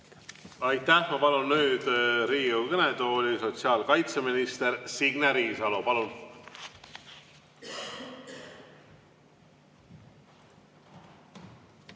Aitäh! Ma palun nüüd Riigikogu kõnetooli sotsiaalkaitseminister Signe Riisalo. Palun!